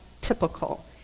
typical